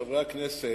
חברי הכנסת,